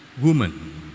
woman